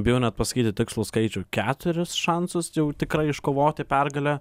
bijau net pasakyti tikslų skaičių keturis šansus jau tikrai iškovoti pergalę